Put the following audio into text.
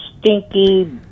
stinky